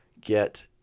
get